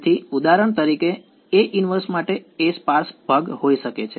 તેથી ઉદાહરણ તરીકે A−1 માટે A સ્પાર્સ ભાગ હોઈ શકે છે